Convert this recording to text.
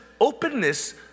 openness